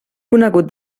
conegut